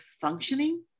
functioning